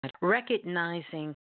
recognizing